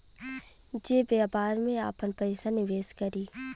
जे व्यापार में आपन पइसा निवेस करी